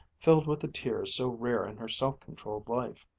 filled with the tears so rare in her self-controlled life.